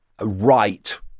right